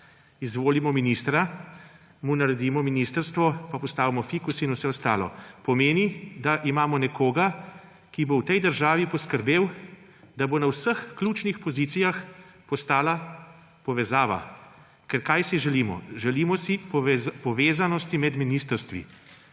izvolimo ministra, mu naredimo ministrstvo pa postavimo fikus in vse ostalo. Pomeni, da imamo nekoga, ki bo v tej državi poskrbel, da bo na vseh ključnih pozicij postala povezava. Ker kaj si želimo? Želimo si povezanosti med ministrstvi.